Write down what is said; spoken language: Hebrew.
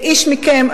לאיש מכם,